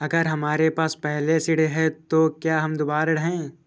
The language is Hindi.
अगर हमारे पास पहले से ऋण है तो क्या हम दोबारा ऋण हैं?